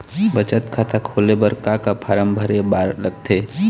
बचत खाता खोले बर का का फॉर्म भरे बार लगथे?